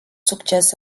succes